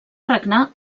regnar